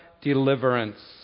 deliverance